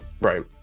Right